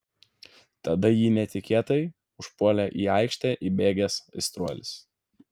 tada jį netikėtai užpuolė į aikštę įbėgęs aistruolis